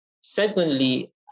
Secondly